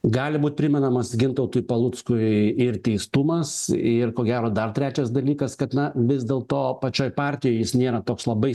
gali būt primenamas gintautui paluckui ir teistumas ir ko gero dar trečias dalykas kad na vis dėlto pačioj partijoj jis nėra toks labai